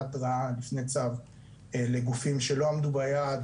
התראה לפני צו לגופים שלא עמדו ביעד,